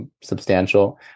substantial